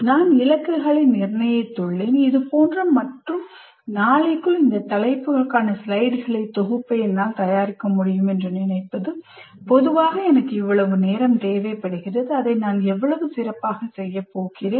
நான் இலக்குகளை நிர்ணயித்துள்ளேன் இதுபோன்ற மற்றும் நாளைக்குள் இந்த தலைப்புக்கான ஸ்லைடுகளின் தொகுப்பை நான் தயாரிக்க முடியும் பொதுவாக எனக்கு எவ்வளவு நேரம் தேவைப்படுகிறது அதை நான் எவ்வளவு சிறப்பாக செய்யப் போகிறேன்